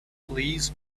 please